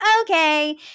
okay